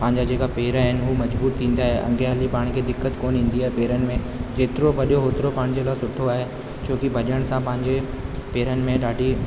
पंहिंजा जेका पेर आहिनि हूअ मजबूत थींदा अॻियां हली पाण खे को दिक़तु कोन्ह थींदी आहे पेरनि में जेतिरो भॼियो ओतिरो पंहिंजे लाइ सुठो आहे छो की भॼण सां पंहिंजे पेरनि में ॾाढी